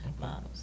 models